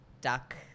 duck